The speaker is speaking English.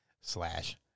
slash